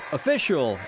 official